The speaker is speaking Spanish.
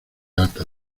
alta